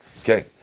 Okay